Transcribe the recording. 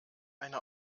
einer